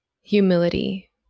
humility